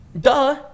Duh